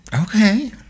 okay